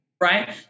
Right